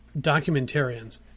documentarians